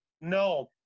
No